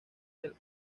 del